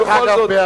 דרך אגב,